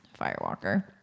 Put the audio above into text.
firewalker